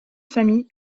familles